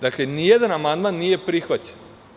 Dakle, nijedan amandman nije prihvaćen.